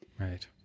Right